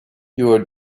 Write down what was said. your